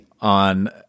on